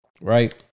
right